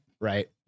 Right